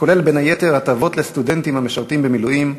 הכולל הטבות לסטודנטים המשרתים במילואים,